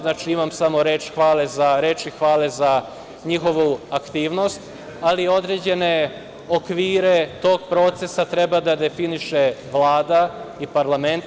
Znači, imam samo reči hvale za njihovu aktivnost, ali određene okvire tog procesa treba da definiše Vlada i parlament.